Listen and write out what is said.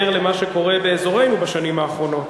ער למה שקורה באזורנו בשנים האחרונות.